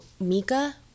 Mika